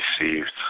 received